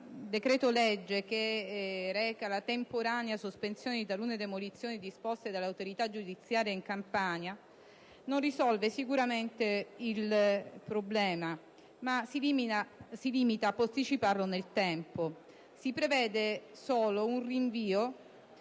decreto-legge, che reca la temporanea sospensione di talune demolizioni disposte dall'autorità giudiziaria in Campania, non risolve sicuramente il problema, ma si limita a posticiparlo nel tempo. Si prevede solo un rinvio